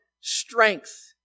strength